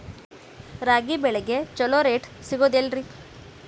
ರಾಗಿ ಬೆಳೆಗೆ ಛಲೋ ರೇಟ್ ಸಿಗುದ ಎಲ್ಲಿ?